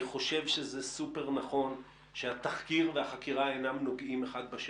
אני חושב שזה סופר נכון שהתחקיר והחקירה אינם נוגעים אחד בשני.